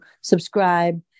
subscribe